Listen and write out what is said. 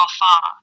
far